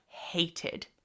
hated